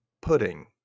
pudding